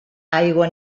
aigua